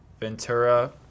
Ventura